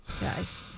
Guys